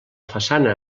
façana